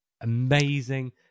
amazing